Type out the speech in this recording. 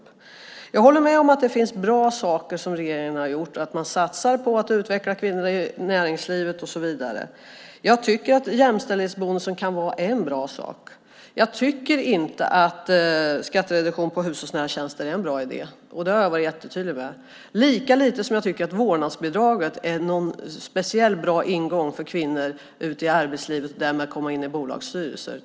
Jag håller med om att det finns bra saker som regeringen har gjort, som att man satsar på att utveckla kvinnor i näringslivet och så vidare. Jag tycker att jämställdhetsbonusen kan vara en bra sak. Jag tycker inte att skattereduktion på hushållsnära tjänster är en bra idé, och det har jag varit jättetydlig med. Lika lite tycker jag att vårdnadsbidraget är en speciellt bra ingång för kvinnor ute i arbetslivet att komma in i bolagsstyrelser.